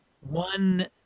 one